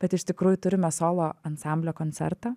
bet iš tikrųjų turime solo ansamblio koncertą